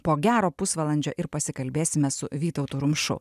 po gero pusvalandžio ir pasikalbėsime su vytautu rumšu